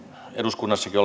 eduskunnassakin